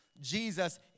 Jesus